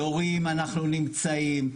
יורים, אנחנו נמצאים.